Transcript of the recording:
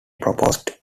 proposed